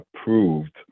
approved